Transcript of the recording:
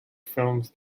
films